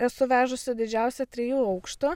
esu vežusi didžiausią trijų aukštų